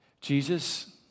Jesus